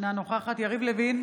אינה נוכחת יריב לוין,